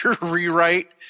rewrite